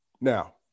now